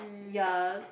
ya